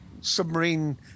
submarine